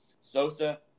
Sosa